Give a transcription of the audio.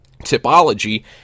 typology